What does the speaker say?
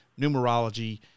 numerology